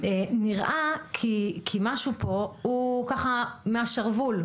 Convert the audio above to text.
נראה כי משהו פה הוא, ככה, מהשרוול.